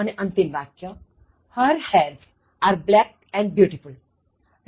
અને અંતિમ વાક્ય Her hairs are black and beautiful